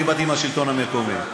אני באתי מהשלטון המקומי.